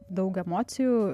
daug emocijų